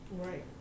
Right